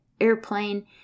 airplane